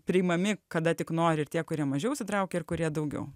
priimami kada tik nori ir tie kurie mažiau įsitraukę ir kurie daugiau